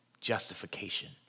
justification